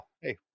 Hey